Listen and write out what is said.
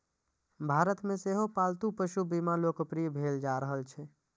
भारत मे सेहो पालतू पशु बीमा लोकप्रिय भेल जा रहल छै